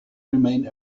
remain